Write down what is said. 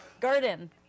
Garden